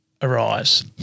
arise